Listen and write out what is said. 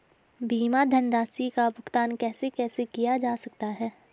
बीमा धनराशि का भुगतान कैसे कैसे किया जा सकता है?